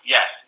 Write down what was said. Yes